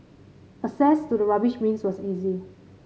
access to the rubbish bins was easy